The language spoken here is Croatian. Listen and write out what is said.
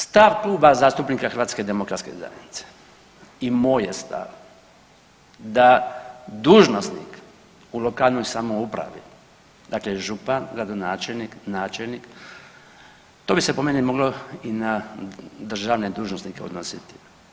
Stav Kluba zastupnika HDZ-a i moj je stav da dužnosnik u lokalnoj samoupravi dakle župan, gradonačelnik, načelnik to bi se po meni moglo i na državne dužnosnike odnositi.